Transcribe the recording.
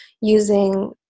using